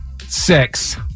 Six